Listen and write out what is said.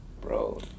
bro